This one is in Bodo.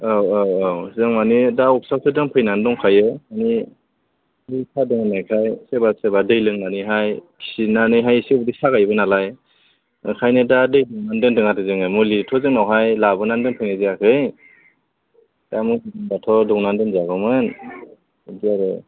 औ औ औ जों मानि दा अफिसआवसो दोनफैनानै दंखायो मानि उदै सादों होननायखाय सोरबा सोरबा दै लोंनानैहाय खिनानैहाय एसे उदै सागायोबो नालाय ओंखायनो दा दै दौनानै दोन्दों आरो जोङो मुलिथ' जोंनावहाय लाबोनानै दोनफैनाय जायाखै दा मुलि दंबाथ' दौनानै दोनजागौमोन बिदि आरो